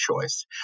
choice